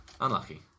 Unlucky